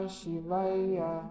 Shivaya